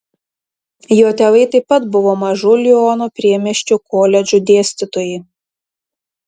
jo tėvai taip pat buvo mažų liono priemiesčių koledžų dėstytojai